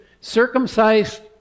circumcised